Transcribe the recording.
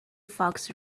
fox